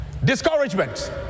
Discouragement